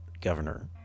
governor